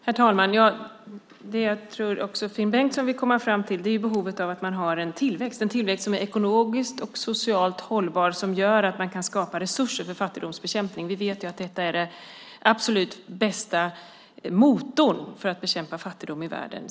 Herr talman! Det som jag tror att också Finn Bengtsson vill komma fram till är behovet av en tillväxt, en tillväxt som är ekologiskt och socialt hållbar som gör att man kan skapa resurser för fattigdomsbekämpning. Vi vet att detta är den absolut bästa motorn för att bekämpa fattigdom i världen.